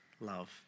love